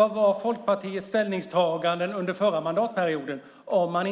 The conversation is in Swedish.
Vad var Folkpartiets ställningstaganden under förra mandatperioden? När